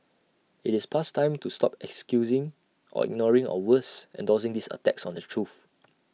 IT is past time to stop excusing or ignoring or worse endorsing these attacks on the truth